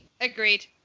Agreed